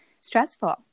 stressful